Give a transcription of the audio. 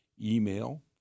email